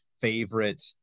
favorite